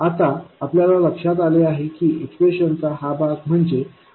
आता आपल्या लक्षात आले आहे की एक्सप्रेशन चा हा भाग म्हणजे ID आहे